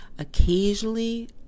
Occasionally